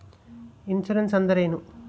Insurance ಅಂದ್ರೇನು?